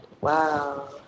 wow